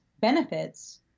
benefits